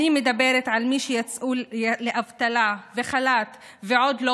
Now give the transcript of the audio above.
אני מדברת על מי שיצאו לאבטלה וחל"ת והם עוד לא